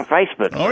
Facebook